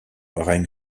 règne